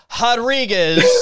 Rodriguez